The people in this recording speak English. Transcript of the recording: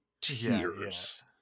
tears